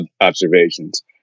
observations